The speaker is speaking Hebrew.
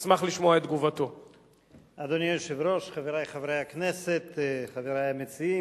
קובלנתם של חברי סיעת רע"ם-תע"ל נגד חבר הכנסת יצחק וקנין.